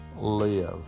live